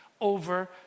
over